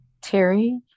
Terry